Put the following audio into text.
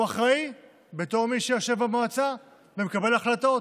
הוא אחראי בתור מי שיושב במועצה ומקבל החלטות.